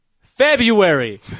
February